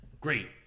Great